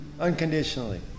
unconditionally